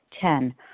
Ten